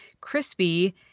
crispy